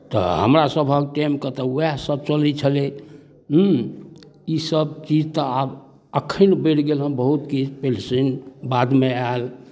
तऽ हमरासभक टाइमके तऽ उएहसभ चलैत छलै ईसभ चीज तऽ आब एखन बढ़ि गेल हेँ कि तऽ पिल्सिन बादमे आयल